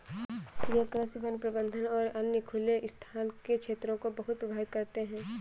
ये कृषि, वन प्रबंधन और अन्य खुले स्थान के क्षेत्रों को बहुत प्रभावित करते हैं